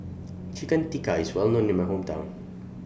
Chicken Tikka IS Well known in My Hometown